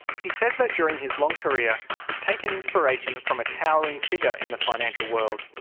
he says that during his long career he's taken inspiration from a towering figure in the financial world.